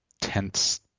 tense